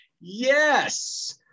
yes